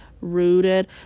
rooted